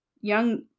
Young